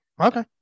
okay